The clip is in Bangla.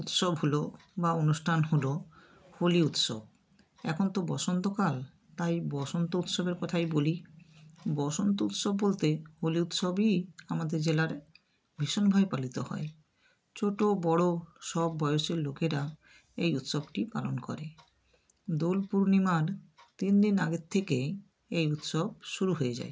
উৎসব হল বা অনুষ্ঠান হল হোলি উৎসব এখন তো বসন্ত কাল তাই বসন্ত উৎসবের কথাই বলি বসন্ত উৎসব বলতে হোলি উৎসবই আমাদের জেলায় ভীষণভাবে পালিত হয় ছোট বড় সব বয়সের লোকেরা এই উৎসবটি পালন করে দোল পূর্ণিমার তিন দিন আগে থেকেই এই উৎসব শুরু হয়ে যায়